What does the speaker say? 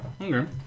Okay